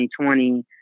2020